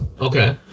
Okay